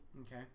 Okay